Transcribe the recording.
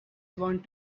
want